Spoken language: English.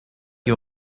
you